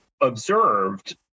observed